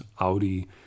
Audi